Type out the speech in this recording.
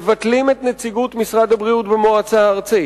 מבטלים את נציגות משרד הבריאות במועצה הארצית,